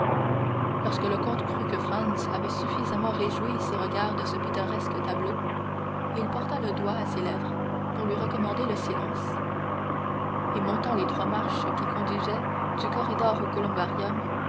lorsque le comte crut que franz avait suffisamment réjoui ses regards de ce pittoresque tableau il porta le doigt à ses lèvres pour lui recommander le silence et montant les trois marches qui conduisaient du corridor